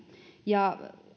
ja